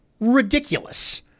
ridiculous